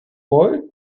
boy